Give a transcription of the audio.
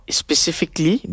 specifically